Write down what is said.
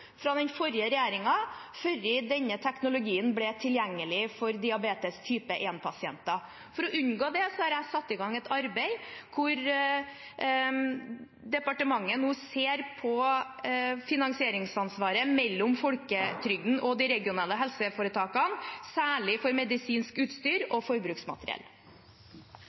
før denne teknologien ble tilgjengelig for diabetes type 1-pasienter. For å unngå det har jeg satt i gang et arbeid hvor departementet nå ser på finansieringsansvaret mellom folketrygden og de regionale helseforetakene, særlig for medisinsk utstyr og forbruksmateriell.